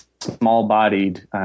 small-bodied